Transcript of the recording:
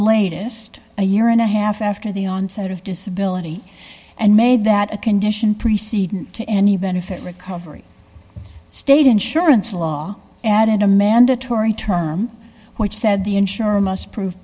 latest a year and a half after the onset of disability and made that a condition preceding to any benefit recovery state insurance law added a mandatory term which said the insurer must pro